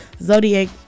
zodiac